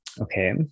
Okay